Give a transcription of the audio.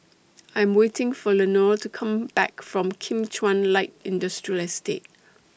I Am waiting For Lenore to Come Back from Kim Chuan Light Industrial Estate